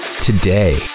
today